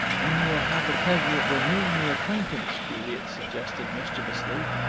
then you will have the pleasure of renewing your acquaintance, juliet suggested mischievously.